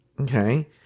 Okay